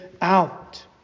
out